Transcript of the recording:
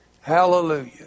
Hallelujah